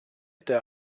der